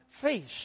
face